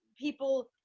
people